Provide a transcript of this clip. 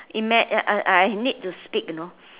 ima~ uh I I need to speak you know